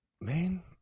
Man